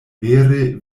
vere